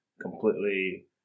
completely